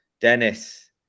Dennis